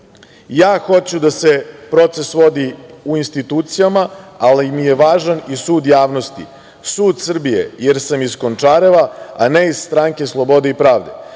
Ja hoću da se proces vodi u institucijama, ali mi je važan i sud javnosti, sud Srbije, jer sam iz Končareva, a ne iz Stranke slobode i pravde.